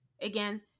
again